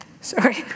sorry